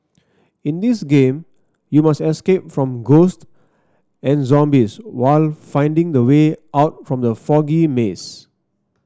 in this game you must escape from ghost and zombies while finding the way out from the foggy maze